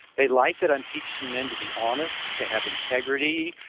they like that i'm teaching men to be honest, to have integrity,